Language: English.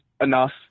enough